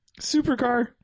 supercar